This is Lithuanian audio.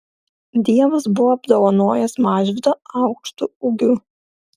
dievas buvo apdovanojęs mažvydą aukštu ūgiu